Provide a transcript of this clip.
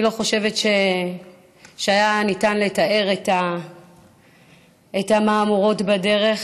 אני לא חושבת שניתן לתאר את המהמורות בדרך